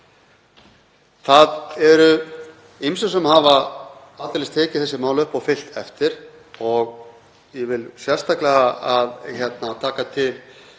Það eru ýmsir sem hafa aldeilis tekið þessi mál upp og fylgt eftir og ég vil sérstaklega tiltaka